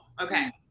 Okay